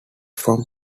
from